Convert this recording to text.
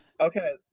Okay